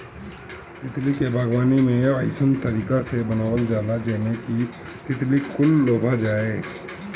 तितली के बागवानी के अइसन तरीका से बनावल जाला जेमें कि तितली कुल लोभा जाये